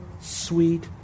sweet